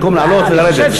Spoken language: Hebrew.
זה במקום לעלות ולרדת.